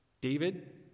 David